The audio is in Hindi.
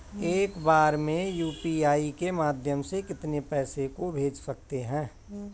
एक बार में यू.पी.आई के माध्यम से कितने पैसे को भेज सकते हैं?